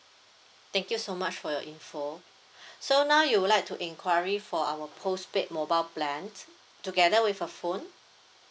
thank you so much for your info so now you would like to enquiry for our postpaid mobile plan together with a phone